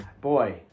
Boy